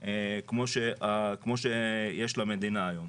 כמו שיש למדינה היום.